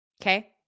Okay